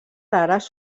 rares